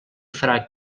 farà